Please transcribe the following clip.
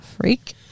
freak